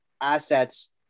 assets